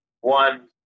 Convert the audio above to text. one